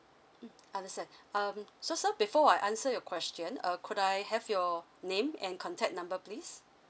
mm understand um so sir before I answer your question uh could I have your name and contact number please